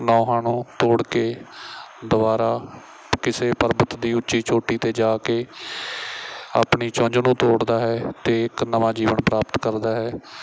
ਨਹੁੰਆਂ ਨੂੰ ਤੋੜ ਕੇ ਦੁਬਾਰਾ ਕਿਸੇ ਪਰਬਤ ਦੀ ਉੱਚੀ ਚੋਟੀ 'ਤੇ ਜਾ ਕੇ ਆਪਣੀ ਚੁੰਝ ਨੂੰ ਤੋੜਦਾ ਹੈ ਅਤੇ ਇੱਕ ਨਵਾਂ ਜੀਵਨ ਪ੍ਰਾਪਤ ਕਰਦਾ ਹੈ